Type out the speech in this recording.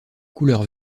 couleur